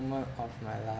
moment of my life